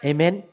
Amen